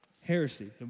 heresy